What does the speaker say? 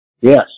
Yes